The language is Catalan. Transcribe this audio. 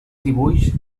dibuix